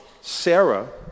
Sarah